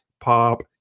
pop